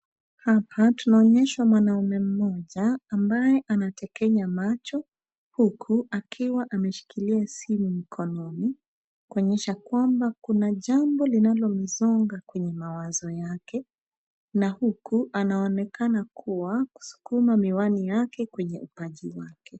Hapa, tunaonyeshwa mwanamume mmoja, ambaye anatekenya macho, huku akiwa ameshikilia simu mkononi, kuonyesha kwamba kuna jambo linalo msonga kwenye mawazo yake na huku anaonekana kuwa kusukuma miwani yake kwenye paji wake.